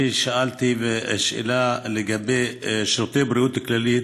אני שאלתי שאלה לגבי שירותי בריאות כללית,